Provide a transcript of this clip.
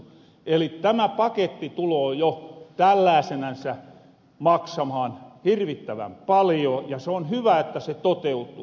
eli tämä paketti tuloo jo tällääsenänsä maksamahan hirvittävän paljon ja se on hyvä että se toteutuu